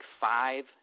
five